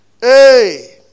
Hey